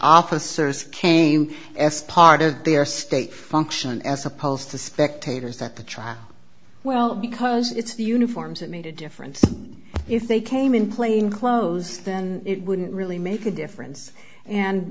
service came s part of their state function as opposed to spectators that the trial well because it's the uniforms that made a difference if they came in plain clothes then it wouldn't really make a difference and